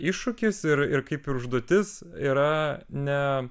iššūkis ir ir kaip ir užduotis yra ne